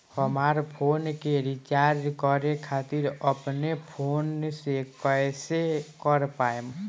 हमार फोन के रीचार्ज करे खातिर अपने फोन से कैसे कर पाएम?